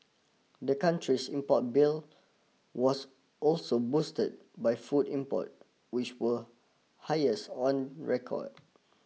the country's import bill was also boosted by food import which were highest on record